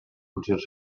funcions